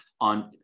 on